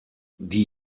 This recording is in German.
die